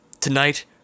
tonight